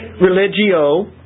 Religio